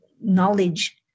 knowledge